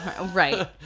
Right